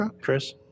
Chris